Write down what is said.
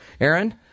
Aaron